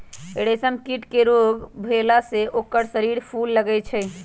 रेशम कीट के रोग भेला से ओकर शरीर फुले लगैए छइ